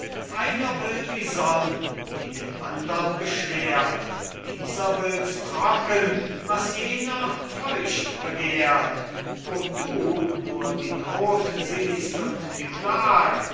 einer will die sonn die den andern beschwert dieser wills trocken was jener feucht begehrt wo du nur die not siehst und die plag